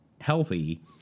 healthy